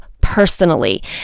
personally